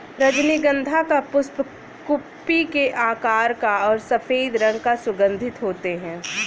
रजनीगंधा का पुष्प कुप्पी के आकार का और सफेद रंग का सुगन्धित होते हैं